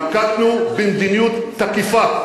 נקטנו מדיניות תקיפה,